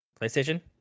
playstation